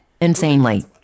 insanely